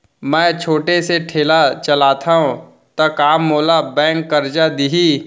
मैं छोटे से ठेला चलाथव त का मोला बैंक करजा दिही?